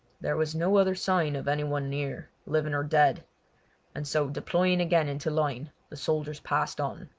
there was no other sign of any one near, living or dead and so deploying again into line the soldiers passed on.